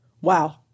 wow